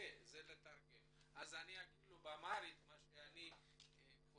אני אגיד לו באמהרית מה שאני חושב